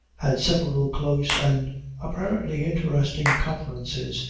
had several close, and apparently interesting conferences,